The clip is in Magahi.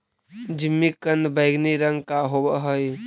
जिमीकंद बैंगनी रंग का होव हई